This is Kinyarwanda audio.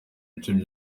gice